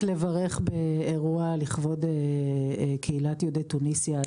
לברך באירוע לכבוד קהילת יהודי תוניסיה.